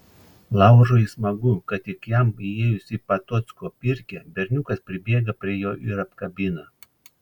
laurui smagu kad tik jam įėjus į patocko pirkią berniukas pribėga prie jo ir apkabina